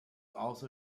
also